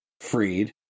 freed